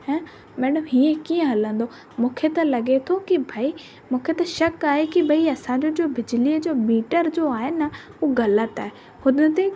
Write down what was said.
हा मैडम हीअं कीअं हलंदो मूंखे त लॻे थो की भई मूंखे त शक़ आहे की भई असांजो जो बिजलीअ जो मीटर जो आहे न उहो ग़लति आहे हुन ते